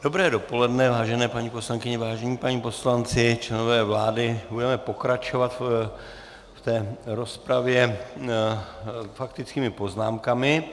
Dobré dopoledne, vážené paní poslankyně, vážení páni poslanci, členové vlády, budeme pokračovat v rozpravě faktickými poznámkami.